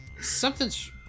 something's